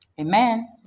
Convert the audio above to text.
Amen